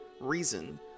reason